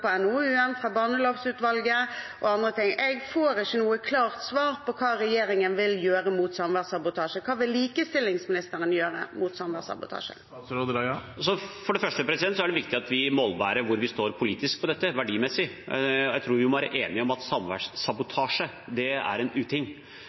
fra barnelovutvalget og andre ting. Jeg får ikke noe klart svar på hva regjeringen vil gjøre med samværssabotasje. Hva vil likestillingsministeren gjøre med samværssabotasje? For det første er det viktig at vi målbærer hvor vi står politisk i dette, verdimessig. Jeg tror vi må være enige om at